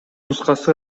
нускасы